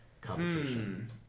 competition